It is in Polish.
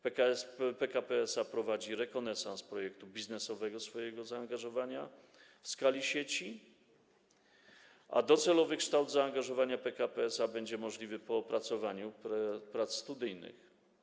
PKP SA prowadzi rekonesans projektu biznesowego swojego zaangażowania w skali sieci, a docelowy kształt zaangażowania PKP SA będzie możliwy po opracowaniu prac studyjnych.